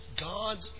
God's